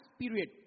Period